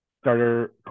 starter